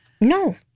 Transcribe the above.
no